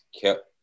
kept